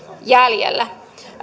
jäljellä